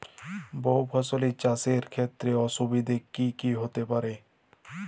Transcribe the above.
বহু ফসলী চাষ এর ক্ষেত্রে অসুবিধে কী কী হতে পারে?